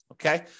Okay